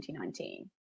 2019